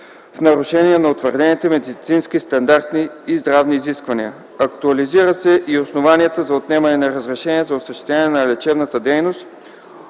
в нарушение на утвърдените медицински стандарти и здравни изисквания. Актуализират се и основанията за отнемане на разрешение за осъществяване на лечебна дейност